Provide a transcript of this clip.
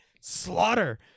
slaughter